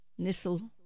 Nissel